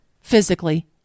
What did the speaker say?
physically